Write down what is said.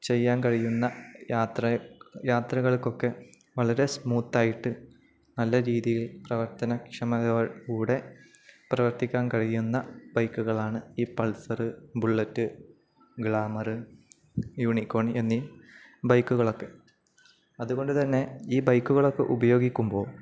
ചെയ്യാൻ കഴിയുന്ന യാത്ര യാത്രകൾക്കൊക്കെ വളരെ സ്മൂത്തായിട്ട് നല്ല രീതിയിൽ പ്രവർത്തനക്ഷമതയോടു കൂടെ പ്രവർത്തിക്കാൻ കഴിയുന്ന ബൈക്കുകളാണ് ഈ പൾസര് ബുുള്ളറ്റ് ഗ്ലാമര് യൂണിക്കോൺ എന്നീ ബൈക്കുകളൊക്കെ അതുകൊണ്ടുതന്നെ ഈ ബൈക്കുകളൊക്കെ ഉപയോഗിക്കുമ്പോള്